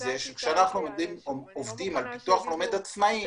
זה שכשאנחנו עובדים על פיתוח לומד עצמאי,